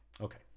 Okay